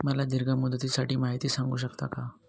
मला दीर्घ मुदतीसाठी माहिती सांगू शकता का?